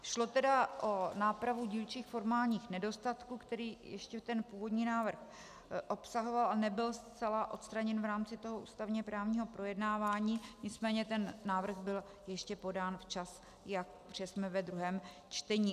Šlo tedy o nápravu dílčích formálních nedostatků, které ještě původní návrh obsahoval a nebyly zcela odstraněny v rámci ústavněprávního projednávání, nicméně ten návrh byl ještě podán včas, protože jsme ve druhém čtení.